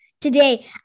Today